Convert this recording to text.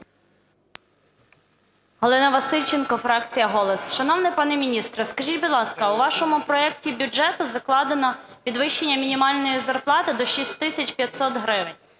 Галина Васильченко, фракція "Голос". Шановний пане міністре, скажіть будь ласка, у вашому проекті бюджету закладено підвищення мінімальної зарплати до 6500 гривень.